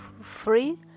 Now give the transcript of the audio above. free